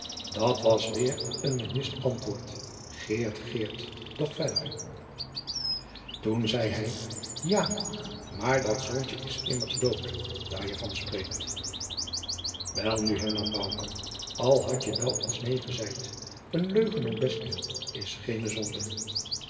dat was weer een mennist antwoord geert geert doch verder toen zei hij ja maar dat zoontje is immers dood daar je van spreekt welnu hernam bouke al hadt je nou eens neen gezeid een leugen om bestwil is geene zonde